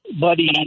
buddy